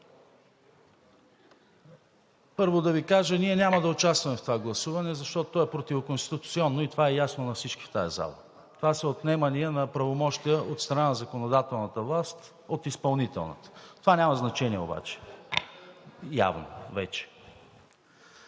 Първо да Ви кажа – ние няма да участваме в това гласуване, защото то е противоконституционно и е ясно на всички в тази зала. Това са отнемания на правомощия от страна на законодателната власт от изпълнителната. Явно обаче вече